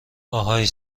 آهای